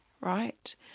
right